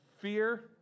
fear